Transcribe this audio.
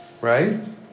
Right